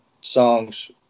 songs